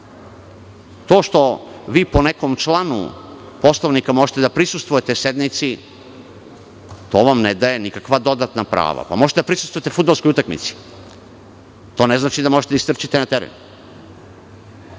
To što vi po nekom članu Poslovnika možete da prisustvujete sednici, to vam ne daje nikakva dodatna prava. Možete da prisustvujetefudbalskoj utakmici, ali to ne znači da možete da istrčite na teren.